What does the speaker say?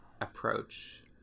approach